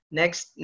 next